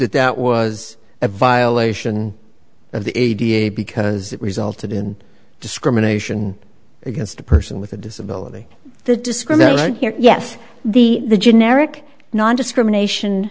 that that was a violation of the ag a because resulted in discrimination against a person with a disability the discrimination here yes the generic nondiscrimination